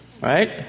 right